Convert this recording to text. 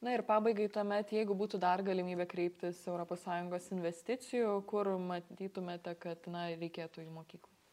na ir pabaigai tuomet jeigu būtų dar galimybė kreiptis europos sąjungos investicijų kur matytumėte kad na reikėtų į mokyklą